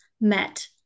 met